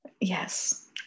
Yes